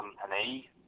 company